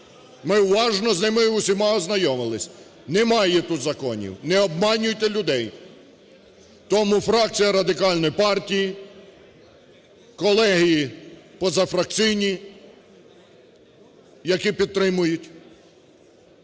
ми уважно з ними всіма ознайомилися, немає тут законів, не обманюйте людей. Тому фракція Радикальної партії, колеги позафракційні, які підтримують,